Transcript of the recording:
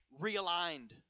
realigned